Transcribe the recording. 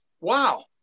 wow